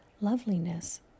Loveliness